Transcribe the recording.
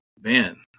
Man